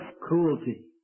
cruelty